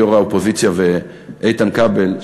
יו"ר האופוזיציה ואיתן כבל,